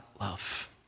love